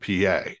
PA